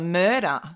murder